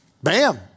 Bam